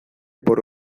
por